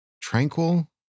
tranquil